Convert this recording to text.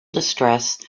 distress